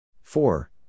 Four